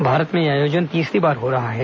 भारत में यह आयोजन तीसरी बार हो रहा है